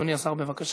אדוני השר, בבקשה.